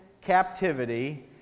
captivity